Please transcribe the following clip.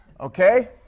Okay